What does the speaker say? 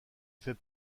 fait